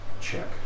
check